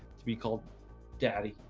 we called daddy